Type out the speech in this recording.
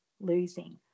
losing